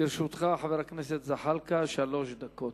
לרשותך, חבר הכנסת זחאלקה, שלוש דקות.